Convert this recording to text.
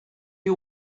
you